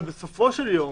אבל בסופו של יום